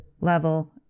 level